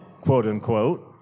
quote-unquote